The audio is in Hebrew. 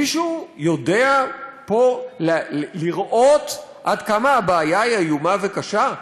מישהו פה יודע לראות עד כמה הבעיה היא איומה וקשה?